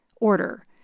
order